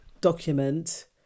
document